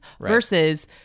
versus